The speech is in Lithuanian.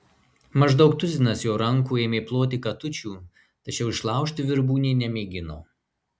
maždaug tuzinas jo rankų ėmė ploti katučių tačiau išlaužti virbų nė nemėgino